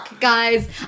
guys